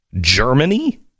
Germany